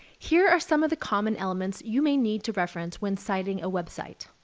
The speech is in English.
here are some of the common elements you may need to reference when citing a website,